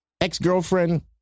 ex-girlfriend